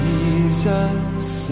Jesus